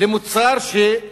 למוצר ש,